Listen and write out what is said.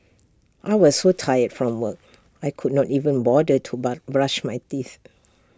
I was so tired from work I could not even bother to bar brush my teeth